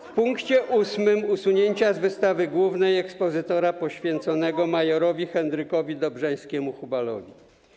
W punkcie ósmym - usunięcia z wystawy głównej ekspozytora poświęconego mjr. Henrykowi Dobrzańskiemu „Hubalowi”